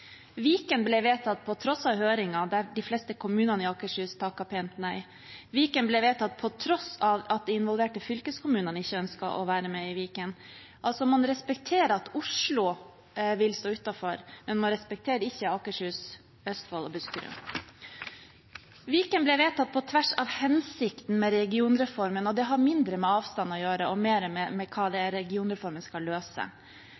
Viken ble vedtatt på tross av høringer der de fleste kommunene i Akershus takket pent nei. Viken ble vedtatt på tross av at de involverte fylkeskommunene ikke ønsket å være med i Viken. Man respekterer at Oslo vil stå utenfor, men man respekterer ikke Akershus, Østfold og Buskerud. Viken ble vedtatt på tvers av hensikten med regionreformen, og det har mindre med avstand å gjøre og mer med hva det er regionreformen skal løse.